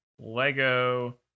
Lego